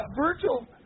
Virgil